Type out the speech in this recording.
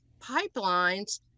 pipelines